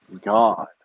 God